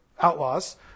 outlaws